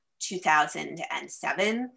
2007